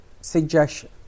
suggestion